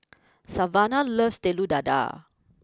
Savannah loves Telur Dadah